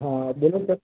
હા બોલો સર